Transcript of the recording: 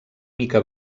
mica